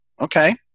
okay